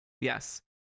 Yes